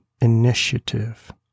initiative